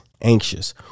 anxious